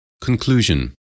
Conclusion